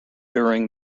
during